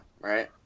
right